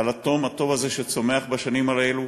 על התום, הטוב הזה, שצומח בשנים האלו.